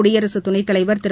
குடியரசு துணைத்தலைவர் திரு